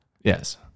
Yes